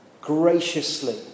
graciously